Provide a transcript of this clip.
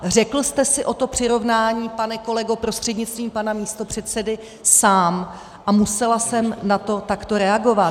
Řekl jste si o to přirovnání, pane kolego prostřednictvím pana místopředsedy, sám a musela jsem na to takto reagovat.